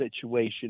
situation